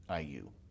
IU